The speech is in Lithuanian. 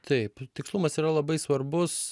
taip tikslumas yra labai svarbus